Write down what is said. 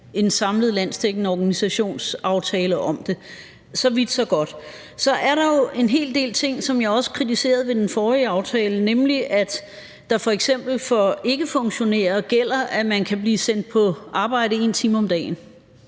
en samlet landsdækkende organisationsaftale om det. Så vidt, så godt. Så er der en hel del ting, som jeg også kritiserede i den forrige aftale, nemlig at der f.eks. for ikkefunktionærer gælder, at man kan blive sendt på arbejde 1 time om dagen.